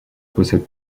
possède